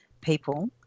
people